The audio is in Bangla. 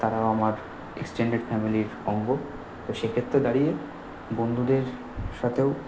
তারা আমার এক্সটেণ্ডেড ফ্যামিলির অঙ্গ তো সেক্ষেত্রে দাঁড়িয়ে বন্ধুদের সাথেও